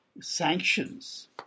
sanctions